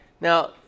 now